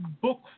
book